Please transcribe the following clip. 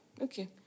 okay